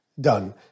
done